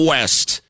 West